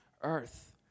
earth